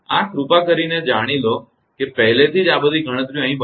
આ તમે કૃપા કરીને જાણો કે પહેલેથી જ બધી ગણતરીઓ અહીં બતાવવામાં આવી છે